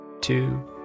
two